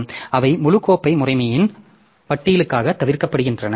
எனவே அவை முழு கோப்பு முறைமையின் பட்டியலுக்காக தவிர்க்கப்படுகின்றன